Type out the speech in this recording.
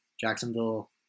Jacksonville